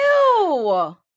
Ew